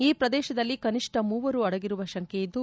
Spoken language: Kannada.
ಈ ಪ್ರದೇಶದಲ್ಲಿ ಕನಿಷ್ಠ ಮೂವರು ಅಡಗಿರುವ ಶಂಕೆಯಿದ್ದು